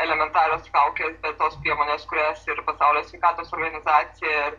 elementarios kaukės bet tos priemonės kurias ir pasaulio sveikatos organizacija ir